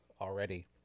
already